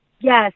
Yes